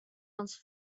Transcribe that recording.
els